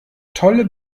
tolle